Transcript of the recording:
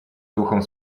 духом